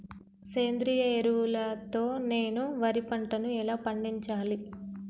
సేంద్రీయ ఎరువుల తో నేను వరి పంటను ఎలా పండించాలి?